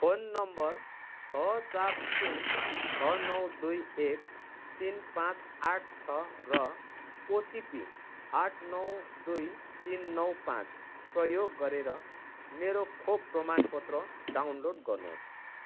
phone number छ चार शून्य छ नौ दुई एक तिन पाचँ आठ छ र ओटिपी आठ नौ दुई तिन नौ पाचँ प्रयोग गरेर मेरो खोप प्रमाणपत्र डाउनलोड गर्नुहोस्